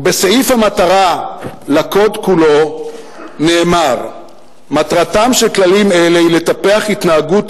ובסעיף המטרה לקוד כולו נאמר: "מטרתם של כללים אלה היא לטפח התנהגות